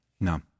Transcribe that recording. No